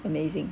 amazing